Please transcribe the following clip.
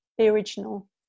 original